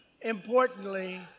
importantly